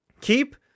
Keep